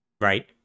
right